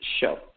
show